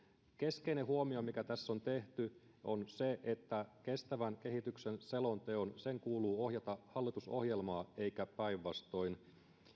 keskeinen huomio mikä tässä on tehty on se että kestävän kehityksen selonteon kuuluu ohjata hallitusohjelmaa eikä päinvastoin